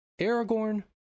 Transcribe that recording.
Aragorn